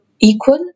equal